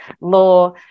law